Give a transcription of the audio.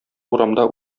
урамда